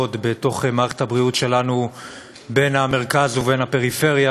בתוך מערכת הבריאות שלנו בין המרכז לפריפריה,